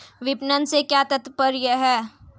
विपणन से क्या तात्पर्य है?